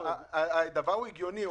הדבר הגיוני.